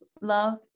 Love